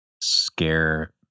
scare